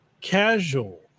casual